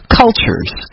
cultures